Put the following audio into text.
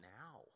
now